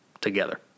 together